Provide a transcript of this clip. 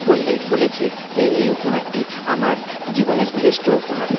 বললে বলেছে যে এই উপহারটি আমার জীবনের শ্রেষ্ঠ উপহার